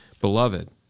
Beloved